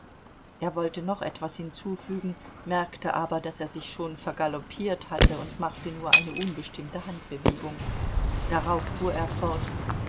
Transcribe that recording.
er wollte noch etwas hinzufügen merkte aber daß er sich schon vergaloppiert hatte und machte nur eine unbestimmte handbewegung darauf fuhr er fort